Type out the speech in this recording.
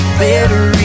better